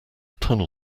tunnel